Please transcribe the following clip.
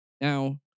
Now